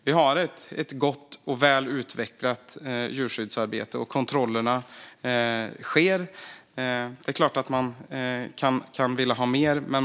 Vi har ett gott och väl utvecklat djurskyddsarbete, och kontrollerna sker. Det är klart att man kan vilja ha mer.